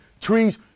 trees